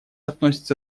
относятся